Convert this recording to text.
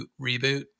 reboot